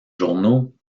journaux